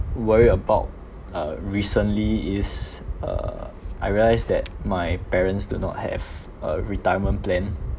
worry about uh recently is uh I realised that my parents do not have a retirement plan